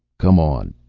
come on,